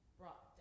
brought